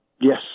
Yes